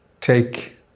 take